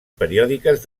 periòdiques